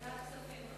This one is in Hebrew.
ועדת הכספים.